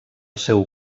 seu